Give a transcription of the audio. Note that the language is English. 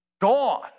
gone